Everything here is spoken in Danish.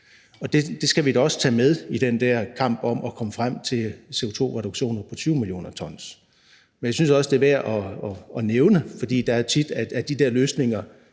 Og det skal vi da også tage med i den der kamp om at komme frem til CO2-reduktioner på 20 mio. t. Men jeg synes også, det er værd at nævne – for det er tit sådan, at de der løsninger